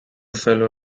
fellow